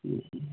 ம்